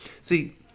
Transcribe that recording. See